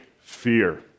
fear